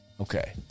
Okay